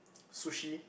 sushi